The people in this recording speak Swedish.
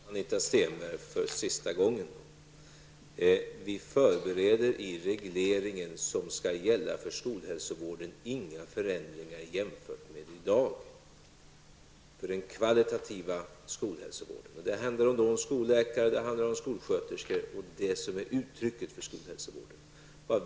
Fru talman! Till Anita Stenberg för sista gången: Vi förbereder inga förändringar jämfört med i dag i regleringen som skall gälla för den kvalitativa skolhälsovården. Regleringen avser skolläkare, sjuksköterskor och det som är specifikt för skolhälsovården.